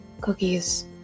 cookies